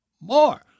more